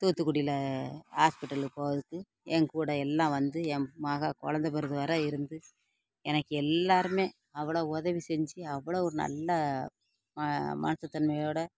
தூத்துக்குடியில் ஆஸ்பிடல் போகிறதுக்கு என் கூட எல்லாம் வந்து என் மகள் குழந்த பிறந்த வர இருந்து எனக்கு எல்லோருமே அவ்வளோ உதவி செஞ்சி அவ்வளவு நல்லா மனுஷ தன்மையோடய